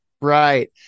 Right